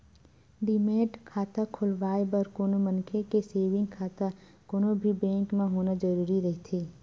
demat खाता खोलवाय बर कोनो मनखे के सेंविग खाता कोनो भी बेंक म होना जरुरी रहिथे